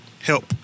help